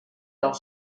del